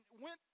went